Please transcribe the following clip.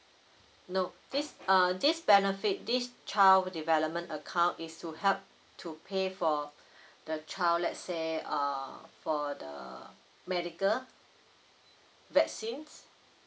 no this err this benefit this child development account is to help to pay for the child let's say err for the medical vaccines